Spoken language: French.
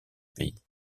pays